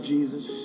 Jesus